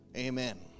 Amen